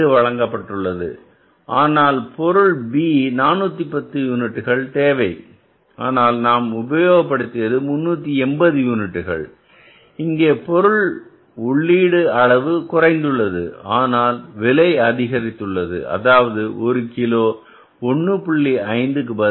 2 வழங்கப்பட்டுள்ளது ஆனால் பொருள் B 410 யூனிட்டுகள் தேவை ஆனால் நாம் உபயோகப்படுத்தியது 380 யூனிட்டுகள் இங்கே பொருள் உள்ளீட்டு அளவு குறைந்துள்ளது ஆனால் விலை அதிகரித்துள்ளது அதாவது ஒரு கிலோ 1